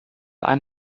ein